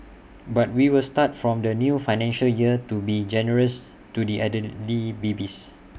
but we will start from the new financial year to be generous to the elderly babies